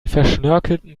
verschnörkelten